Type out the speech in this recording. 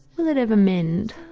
will it ever mend,